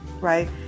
right